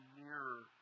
nearer